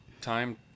time